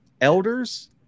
elders